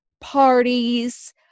parties